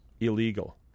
illegal